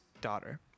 Daughter